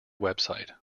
website